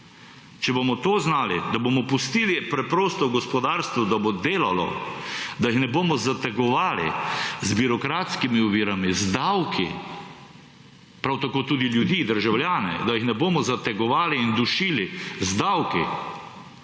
Če bomo to znali, da bomo pustili preprosto gospodarstvu, da bo delalo, da jih ne bomo zategovali z birokratskimi ovirami, z davki, prav tako tudi ljudi, državljane, da jih ne bomo zategovali in dušili z davki,